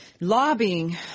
lobbying